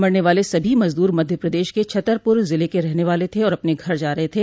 मरने वाले सभी मजदूर मध्य प्रदेश के छतरपुर जिले के रहने वाले थे और अपने घर जा रहे थे